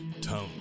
Tone